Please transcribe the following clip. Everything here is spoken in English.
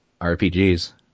RPGs